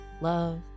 love